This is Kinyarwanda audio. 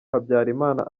habyarimana